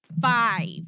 five